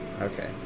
Okay